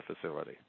facility